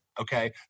okay